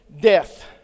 death